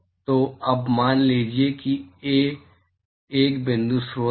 तो अब मान लीजिए कि ऐ एक बिंदु स्रोत है